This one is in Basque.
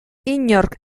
inork